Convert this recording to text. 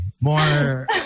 more